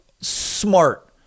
smart